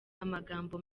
amagambo